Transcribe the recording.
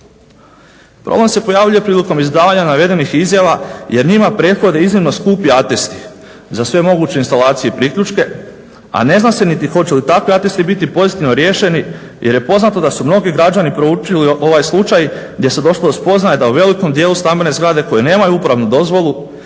Pa on se pojavljuje prilikom izdavanja navedenih izjava, jer njima prethode iznimno skupi atesti za sve moguće instalacije i priključke, a ne zna se niti hoće li takvi atesti biti pozitivno riješeni. Jer je poznato da su mnogi građani proučili ovaj slučaj gdje se došlo do spoznaje da u velikom dijelu stambene zgrade koje nemaju uporabnu dozvolu